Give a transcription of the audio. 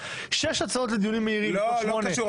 שש הצעות לדיונים מהירים --- לא נראה